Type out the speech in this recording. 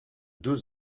deux